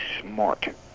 smart